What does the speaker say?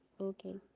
Okay